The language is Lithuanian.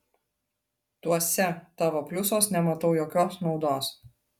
tuose tavo pliusuos nematau jokios naudos